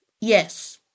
Yes